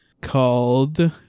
called